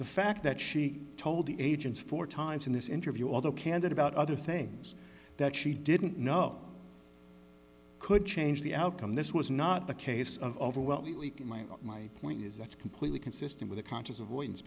the fact that she told the agents four times in this interview although candid about other things that she didn't know could change the outcome this was not the case of over well my point is that's completely consistent with a conscious avoidance